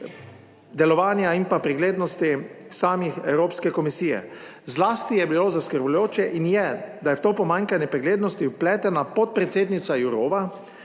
delovanja in preglednosti samih Evropske komisije. Zlasti je bilo zaskrbljujoče in je, da je v to pomanjkanje preglednosti vpletena podpredsednica Jourová,